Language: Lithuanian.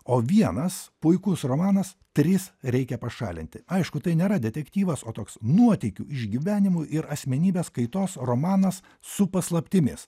o vienas puikus romanas tris reikia pašalinti aišku tai nėra detektyvas o toks nuotykių išgyvenimų ir asmenybės kaitos romanas su paslaptimis